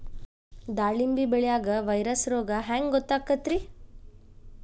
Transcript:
ದಾಳಿಂಬಿ ಬೆಳಿಯಾಗ ವೈರಸ್ ರೋಗ ಹ್ಯಾಂಗ ಗೊತ್ತಾಕ್ಕತ್ರೇ?